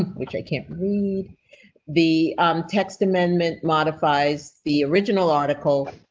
which i can't read the text amendment modifies the original article.